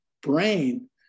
brain